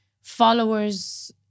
followers